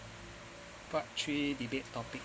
part three debate topic